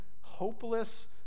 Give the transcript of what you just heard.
hopeless